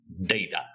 data